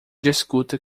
discuta